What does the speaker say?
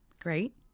Great